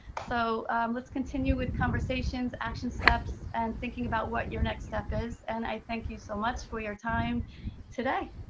so let's continue with conversations, action steps, and thinking about what your next step is, and i thank you so much for your time today.